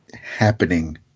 happening